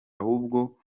ahubwo